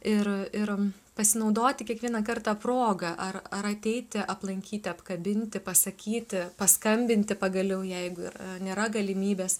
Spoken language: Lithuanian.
ir ir pasinaudoti kiekvieną kartą proga ar ar ateiti aplankyti apkabinti pasakyti paskambinti pagaliau jeigu ir nėra galimybės